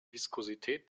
viskosität